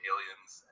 Aliens